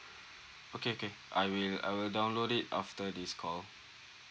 okay okay I will I will download it after this call